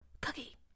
Cookie